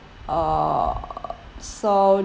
uh so